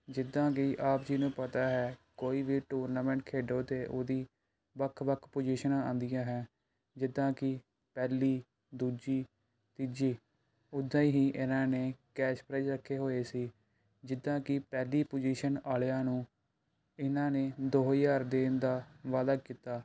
ਜਿੱਦਾਂ ਕਿ ਆਪ ਜੀ ਨੂੰ ਪਤਾ ਹੈ ਕੋਈ ਵੀ ਟੂਰਨਾਮੈਂਟ ਖੇਡੋ ਤਾਂ ਉਹਦੀ ਵੱਖ ਵੱਖ ਪੁਜ਼ੀਸ਼ਨਾਂ ਆਉਂਦੀਆਂ ਹੈ ਜਿੱਦਾਂ ਕਿ ਪਹਿਲੀ ਦੂਜੀ ਤੀਜੀ ਉੱਦਾਂ ਹੀ ਇਹਨਾਂ ਨੇ ਕੈਸ਼ ਪ੍ਰਾਈਜ ਰੱਖੇ ਹੋਏ ਸੀ ਜਿੱਦਾਂ ਕਿ ਪਹਿਲੀ ਪੁਜੀਸ਼ਨ ਵਾਲਿਆਂ ਨੂੰ ਇਹਨਾਂ ਨੇ ਦੋ ਹਜ਼ਾਰ ਦੇਣ ਦਾ ਵਾਅਦਾ ਕੀਤਾ